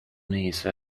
niece